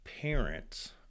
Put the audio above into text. parents